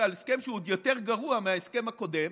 על הסכם שהוא עוד יותר גרוע מההסכם הקודם,